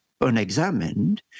unexamined